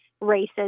races